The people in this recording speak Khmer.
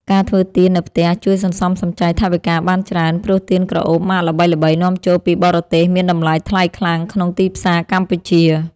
ការធ្វើទៀននៅផ្ទះជួយសន្សំសំចៃថវិកាបានច្រើន ព្រោះទៀនក្រអូបម៉ាកល្បីៗនាំចូលពីបរទេសមានតម្លៃថ្លៃខ្លាំងក្នុងទីផ្សារកម្ពុជា។